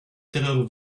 terreur